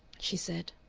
she said.